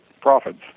profits